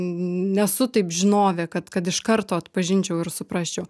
nesu taip žinovė kad kad iš karto atpažinčiau ir suprasčiau